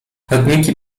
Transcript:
chodniki